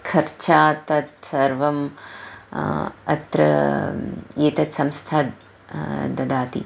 खर्चा तत् सर्वम् अत्र एतत् संस्था ददाति